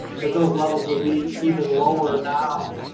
that those levels would be even lower now.